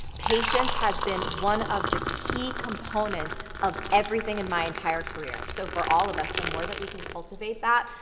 patience has been one of the key components of everything in my entire career. so for all of us, the more that we can cultivate that,